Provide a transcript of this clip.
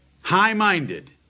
high-minded